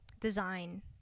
design